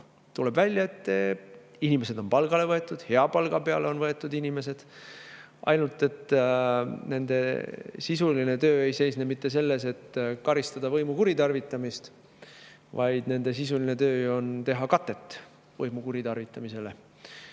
Tuleb välja, et inimesed on palgale võetud – hea palga peale on võetud inimesed! –, ainult et nende sisuline töö ei seisne mitte selles, et karistada võimu kuritarvitamise eest, vaid nende sisuline töö on teha katet võimu kuritarvitamisele,